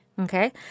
Okay